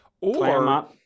or-